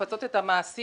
לפצות את המעסיק